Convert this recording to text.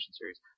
series